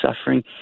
suffering